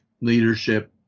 leadership